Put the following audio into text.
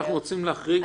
אנחנו רוצים להחריג את